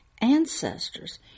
ancestors